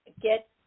Get